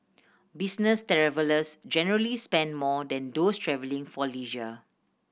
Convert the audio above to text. business travellers generally spend more than those travelling for leisure